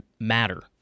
matter